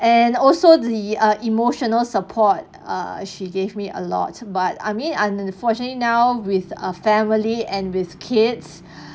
and also the uh emotional support err she gave me a lot but I mean unfortunately now with uh family and with kids